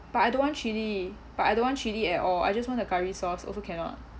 but I don't want chili but I don't want chili at all I just want the curry sauce also cannot ah